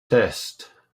test